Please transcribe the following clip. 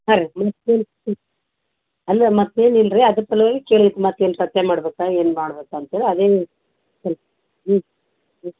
ಹಾಂ ರೀ ಅಲ್ಲ ಮತ್ತೆ ಏನು ಇಲ್ಲ ರೀ ಅದರ ಸಲುವಾಗಿ ಕೇಳಿದ್ದು ಮತ್ತೆ ಏನು ಪತ್ತೆ ಮಾಡ್ಬೇಕಾ ಏನು ಮಾಡ್ಬೇಕು ಅಂತ ಹೇಳಿ ಅದೇ ಹ್ಞೂ ಹ್ಞೂ ಹ್ಞೂ